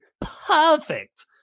perfect